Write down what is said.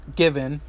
given